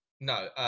No